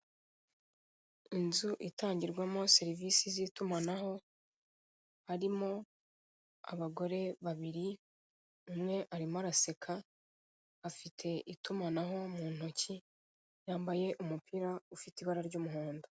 Inzu itangirwamo serivisi z'itumanaho, harimo abagore babiri umwe arimo araseka, afite itumanaho mu ntoki, yambaye umupira ufite ibara ry'umuhondo.